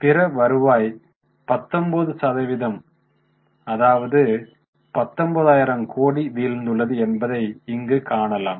பிற வருவாய் 19 சதவீதம் 19000 கோடி வீழ்ந்துள்ளது என்பதை இங்கு காணலாம்